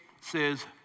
says